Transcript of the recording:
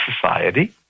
society